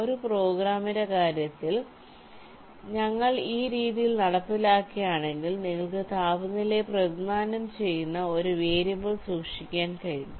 ഒരു പ്രോഗ്രാമിംഗിന്റെ കാര്യത്തിൽ ഞങ്ങൾ ഈ രീതിയിൽ നടപ്പിലാക്കുകയാണെങ്കിൽ നിങ്ങൾക്ക് താപനിലയെ പ്രതിനിധാനം ചെയ്യുന്ന ഒരു വേരിയബിൾ സൂക്ഷിക്കാൻ കഴിയും